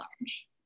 large